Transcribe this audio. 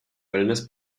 wellness